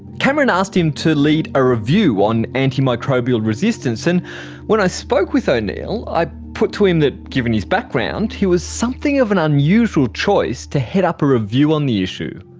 cameron asked him to lead a review on antimicrobial resistance, and when i spoke with o'neill i put to him that, given his background, he was something of an unusual choice to head up a review of the issue.